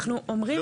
אנחנו אומרים,